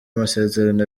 amasezerano